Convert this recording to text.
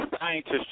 scientists